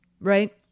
Right